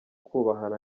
kubahana